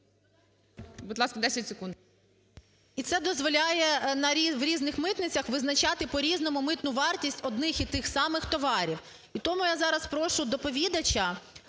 ОСТРІКОВА Т.Г. І це дозволяє в різних митницях визначати по-різному митну вартість одних і тих самих товарів. І тому я зараз прошу доповідача,